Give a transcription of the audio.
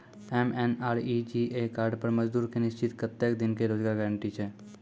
MNREGA card पर मजदुर के निश्चित कत्तेक दिन के रोजगार गारंटी छै?